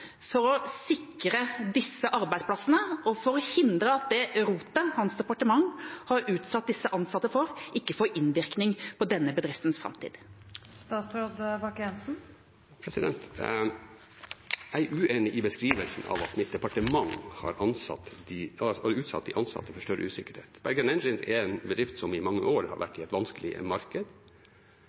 for å sikre disse arbeidsplassene og for å hindre at det rotet hans departement har utsatt disse ansatte for, ikke får innvirkning på denne bedriftens framtid? Jeg er uenig i beskrivelsen av at mitt departement har utsatt de ansatte for større usikkerhet. Bergen Engines er en bedrift som i mange år har vært i et vanskelig marked.